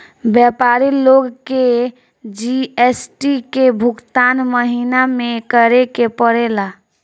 व्यापारी लोग के जी.एस.टी के भुगतान महीना में करे के पड़ेला